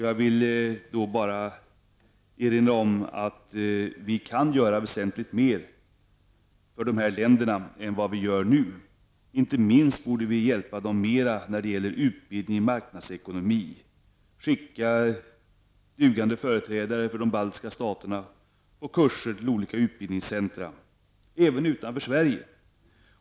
Jag vill framhålla, att vi kan göra väsentligt mer för dessa länder än vad vi gör nu. Inte minst borde vi hjälpa dem mer när det gäller utbildning i marknadsekonomi. Vi borde skicka dugande företrädare för de baltiska staterna på kurser till olika utbildningscentra, även utanför Sverige.